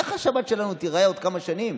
איך השבת שלנו תיראה עוד כמה שנים?